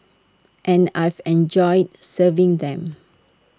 and I've enjoyed serving them